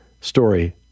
story